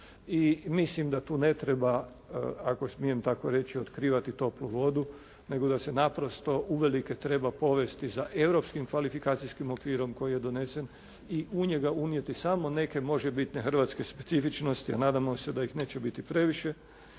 I mislim da tu ne treba, ako smijem tako reći, otkrivati toplu vodu, nego da se naprosto uvelike treba povesti za europskih kvalifikacijskim okvirom koji je donesen i u njega unijeti samo neke možebitne hrvatske specifičnosti a nadamo se da ih neće biti previše.